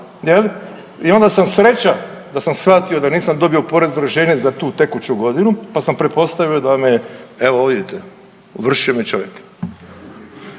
I onda sam, sreća, da sam shvatio da nisam dobio porezno rješenje za tu tekuću godinu pa sam pretpostavio da me, evo vidite, ovršio me čovjek.